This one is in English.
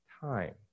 time